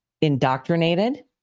indoctrinated